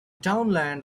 townland